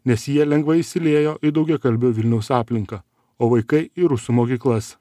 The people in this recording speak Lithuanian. nes jie lengvai įsiliejo į daugiakalbio vilniaus aplinką o vaikai į rusų mokyklas